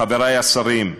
חברי השרים,